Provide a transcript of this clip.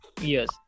Yes